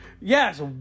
Yes